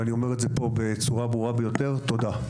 ואני אומר את זה פה בצורה הברורה ביותר: תודה.